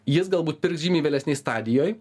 jis galbūt pirks žymiai vėlesnėj stadijoj